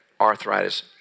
arthritis